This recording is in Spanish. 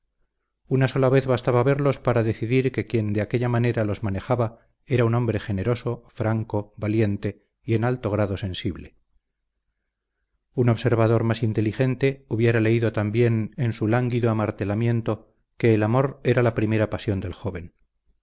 una sola vez bastaba verlos para decidir que quien de aquella manera los manejaba era un hombre generoso franco valiente y en alto grado sensible un observador más inteligente hubiera leído también en su lánguido amartelamiento que el amor era la primera pasión del joven